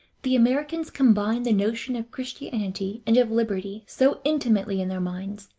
the americans combine the notions of christianity and of liberty so intimately in their minds,